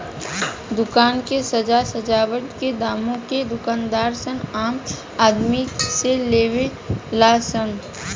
दुकान के साज सजावट के दामो के दूकानदार सन आम आदमी से लेवे ला सन